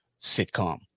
sitcom